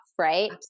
right